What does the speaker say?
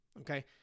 okay